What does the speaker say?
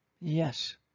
Yes